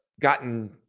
gotten